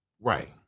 Right